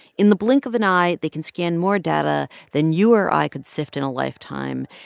in the blink of an eye, they can scan more data than you or i could sift in a lifetime.